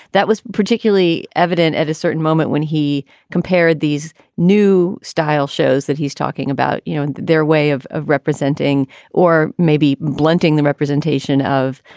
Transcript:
that was particularly evident at a certain moment when he compared these new style shows that he's talking about, you know, their way of of representing or maybe blunting the representation of,